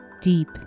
Deep